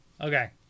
Okay